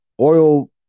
oil